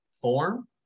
form